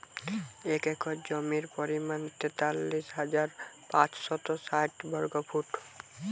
এক একর জমির পরিমাণ তেতাল্লিশ হাজার পাঁচশত ষাট বর্গফুট